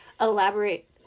elaborate